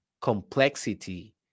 Complexity